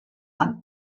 amb